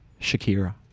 Shakira